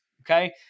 okay